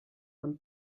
when